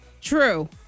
True